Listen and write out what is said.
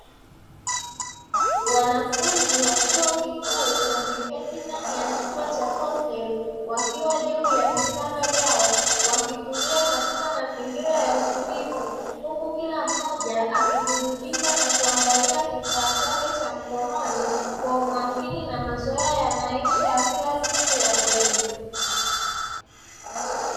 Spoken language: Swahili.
Wanafunzi wa chuo kikuu wameketi ndani ya chumba cha hosteli wakiwa juu ya vitanda vyao wakitulia katika mazingira ya utulivu, huku kila mmoja akiburudika na kuangalia kifaa chake cha mkononi kwa umakini na mazoea ya maisha ya kila siku ya bweni.